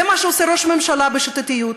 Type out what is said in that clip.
זה מה שעושה ראש הממשלה, בשיטתיות.